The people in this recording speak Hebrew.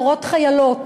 מורות חיילות